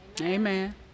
Amen